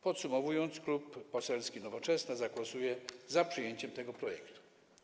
Podsumowując, Klub Poselski Nowoczesna zagłosuje za przyjęciem tego projektu.